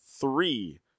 three